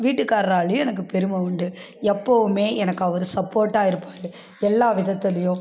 வீட்டுக்கார்ராலையும் எனக்கு பெருமை உண்டு எப்பவும் எனக்கு அவரு சப்போட்டாக இருப்பார் எல்லா விதத்துலேயும்